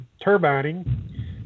turbining